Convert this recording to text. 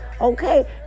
okay